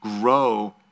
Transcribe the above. grow